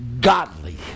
godly